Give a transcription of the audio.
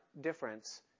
difference